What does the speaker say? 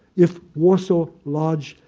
if warsaw, lage,